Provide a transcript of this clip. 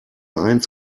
eins